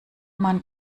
man